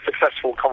successful